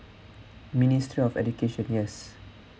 ministry of education yes